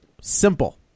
Simple